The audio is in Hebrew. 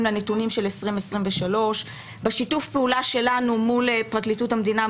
לנתונים של 2023. בשיתוף פעולה שלנו מול פרקליטות המדינה,